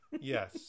Yes